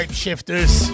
shifters